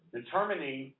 determining